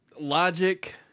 logic